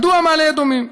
מדוע מעלה-אדומים?